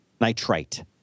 nitrite